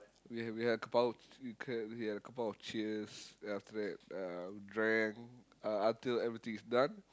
we had we had a couple of we had we had a couple of cheers then after that uh we drank uh until everything is done